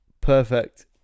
perfect